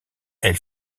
elle